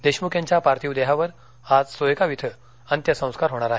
देशमुख यांच्या पार्थिव देहावर आज सोयगाव इथ अंत्यसंस्कार होणार आहेत